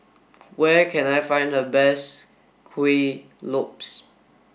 where can I find the best Kuih Lopes